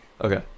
Okay